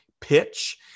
pitch